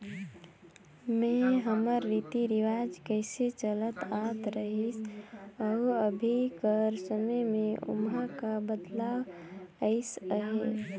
में हमर रीति रिवाज कइसे चलत आत रहिस अउ अभीं कर समे में ओम्हां का बदलाव अइस अहे